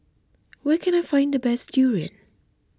where can I find the best durian